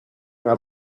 una